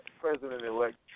President-elect